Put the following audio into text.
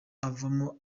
avamo